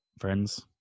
friends